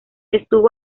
estuvo